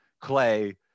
Clay